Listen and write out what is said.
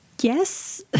Yes